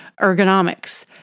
ergonomics